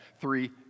three